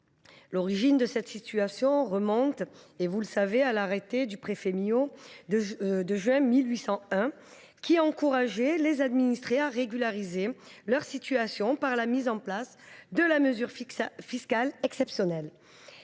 L’origine de cette situation remonte à l’arrêté du préfet Miot de juin 1801, qui encourageait les administrés à régulariser leur situation par la mise en place de mesures fiscales exceptionnelles.